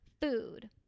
food